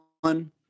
one